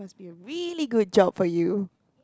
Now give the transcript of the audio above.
a really good job for you